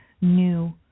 new